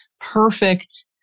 perfect